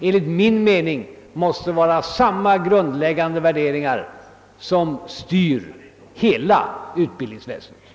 Enligt min uppfattning måste samma grundläggande värderingar styra hela utbildningsväsendet.